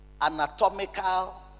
anatomical